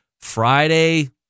friday